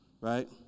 right